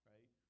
Right